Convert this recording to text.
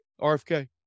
RFK